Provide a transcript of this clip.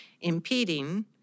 impeding